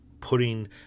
putting